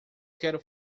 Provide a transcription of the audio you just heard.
quero